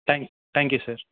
thank thank you sir